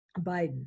Biden